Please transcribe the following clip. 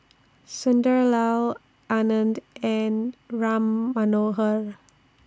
Sunderlal Anand and Ram Manohar